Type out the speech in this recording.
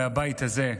מהבית הזה,